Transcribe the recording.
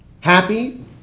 happy